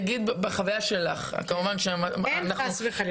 בחוויה שלך --- אין חס וחלילה.